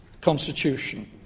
constitution